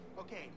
Okay